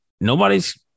nobody's